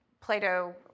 Plato